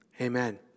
Amen